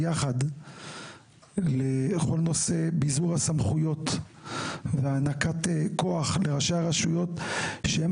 יחד בכל נושא ביזור הסמכויות והענקת כוח לראשי הרשויות שהם